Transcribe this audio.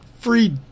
Free